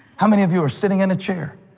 how many of you are sitting in a chair?